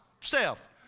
self